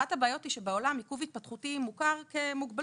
אחת הבעיות היא שבעולם עיכוב התפתחותי מוכר כמוגבלות.